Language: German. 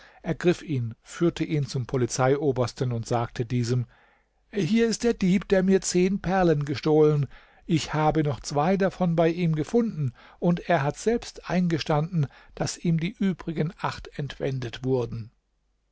ergriff ihn führte ihn zum polizeiobersten und sagte diesem hier ist der dieb der mir zehn perlen gestohlen ich habe noch zwei davon bei ihm gefunden und er hat selbst eingestanden daß ihm die übrigen acht entwendet wurden